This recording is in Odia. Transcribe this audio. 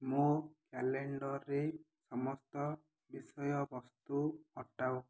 ମୋ କ୍ୟାଲେଣ୍ଡର୍ରେ ସମସ୍ତ ବିଷୟବସ୍ତୁ ହଟାଅ